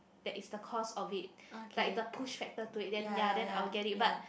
that is the cause of it like is the push factor to it then ya then I will get it but